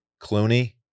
Clooney